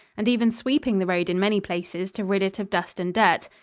and even sweeping the road in many places to rid it of dust and dirt.